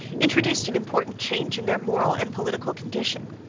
introduced an important change in their moral and political condition.